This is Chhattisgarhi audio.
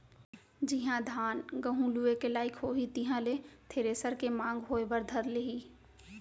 जिहॉं धान, गहूँ लुए के लाइक होही तिहां ले थेरेसर के मांग होय बर धर लेही